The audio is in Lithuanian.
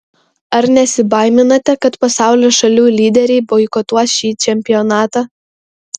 ar nesibaiminate kad pasaulio šalių lyderiai boikotuos šį čempionatą